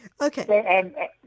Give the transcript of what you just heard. Okay